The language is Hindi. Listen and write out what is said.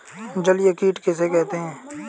जलीय कीट किसे कहते हैं?